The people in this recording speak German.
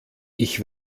ich